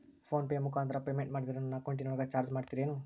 Phone pay ಮುಖಾಂತರ payment ಮಾಡಿದರೆ ನನ್ನ ಅಕೌಂಟಿನೊಳಗ ಚಾರ್ಜ್ ಮಾಡ್ತಿರೇನು?